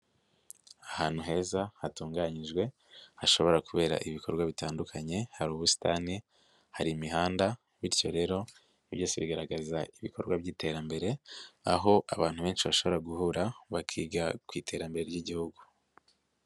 Ahantu heza hatunganyijwe hashobora kubera ibikorwa bitandukanye hari ubusitani, hari imihanda, bityo rero byose bigaragaza ibikorwa by'iterambere, aho abantu benshi bashobora guhura bakiga ku iterambere ry'igihugu.